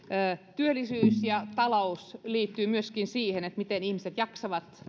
työllisyys ja talous liittyvät myöskin siihen miten ihmiset jaksavat